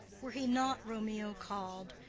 were he not romeo call'd,